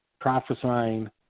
prophesying